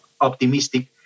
optimistic